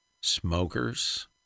smokers